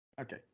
Okay